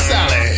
Sally